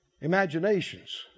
Imaginations